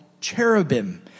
cherubim